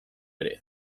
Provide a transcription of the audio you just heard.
ere